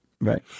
Right